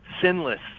sinless